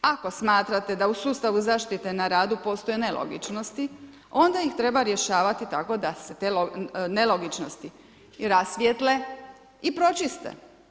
Ako smatrate da u sustavu zaštite na radu postoje nelogičnosti, onda ih treba rješavati tako da se te nelogičnosti i rasvijetle i pročiste.